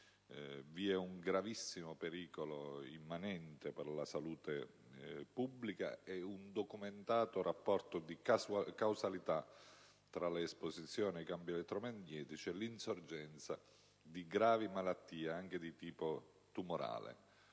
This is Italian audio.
Vi è un gravissimo pericolo immanente per la salute pubblica e un documentato rapporto di causalità tra l'esposizione ai campi elettromagnetici e l'insorgenza di gravi malattie, anche di tipo tumorale.